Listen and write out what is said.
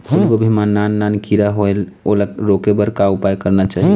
फूलगोभी मां नान नान किरा होयेल ओला रोके बर का उपाय करना चाही?